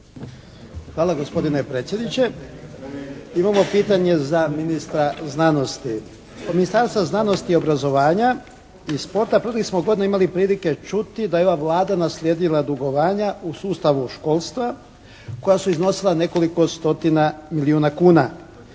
Hvala gospodine predsjedniče. Imamo pitanje za ministra znanosti. Od Ministarstva znanosti, obrazovanja i sporta proteklih smo godina imali prilike čuti da je ova Vlada naslijedila dugovanja u sustavu školstva koja su iznosila nekoliko stotina milijuna kuna.